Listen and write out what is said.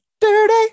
dirty